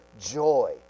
joy